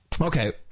Okay